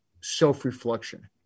self-reflection